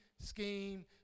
Scheme